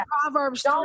Proverbs